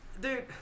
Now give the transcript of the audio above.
Dude